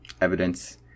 evidence